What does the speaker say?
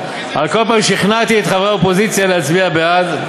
שכנעתי את חברי האופוזיציה להצביע בעד.